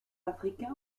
africains